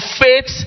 faith